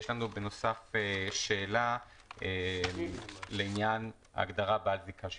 בנוסף יש לנו שאלה על ההגדרה "בעל זיקה שיווקית".